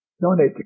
Donate